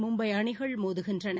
மும்பைஅணிகள் மோதுகின்றன